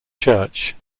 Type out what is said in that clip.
church